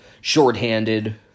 shorthanded